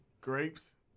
grapes